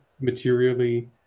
materially